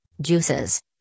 juices